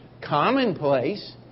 commonplace